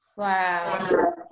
Wow